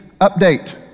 update